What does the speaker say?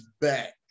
back